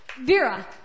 Vera